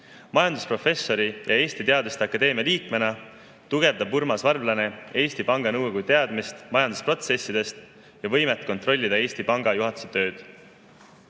Majandusprofessori ja Eesti Teaduste Akadeemia liikmena tugevdab Urmas Varblane Eesti Panga Nõukogu teadmist majandusprotsessidest ja võimet kontrollida Eesti Panga juhatuse tööd.